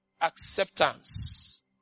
acceptance